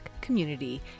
community